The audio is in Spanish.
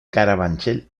carabanchel